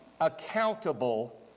accountable